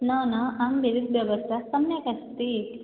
न न आम् व्यवस्था सम्यक् अस्ति